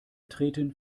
treten